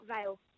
Vale